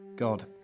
God